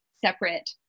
separate